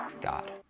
God